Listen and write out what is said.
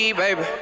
baby